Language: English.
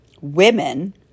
women